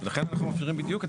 לכן אנחנו מאפשרים בדיוק.